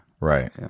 Right